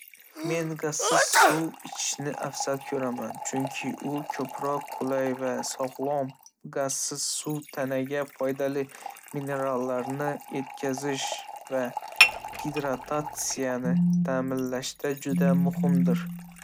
Men gazsiz suv ichishni afzal ko'raman, chunki u ko'proq qulay va sog'lom. Gazsiz suv tanaga foydali minerallarni etkazish va gidratatsiyani ta'minlashda juda muhimdir.